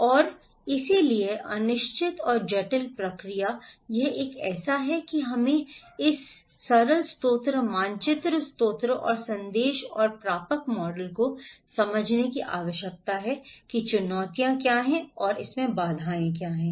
और इसलिए अनिश्चित और जटिल प्रक्रिया यह एक ऐसा है कि हमें इस सरल स्रोत मानचित्र स्रोत और संदेश और प्रापक मॉडल को समझने की आवश्यकता है कि चुनौती क्या है और बाधाएं क्या हैं